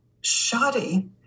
shoddy